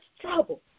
trouble